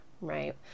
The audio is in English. right